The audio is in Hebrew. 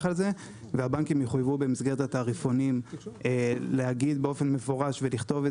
על זה והבנקים יחויבו במסגרת התעריפונים להגיד באופן מפורש ולכתוב את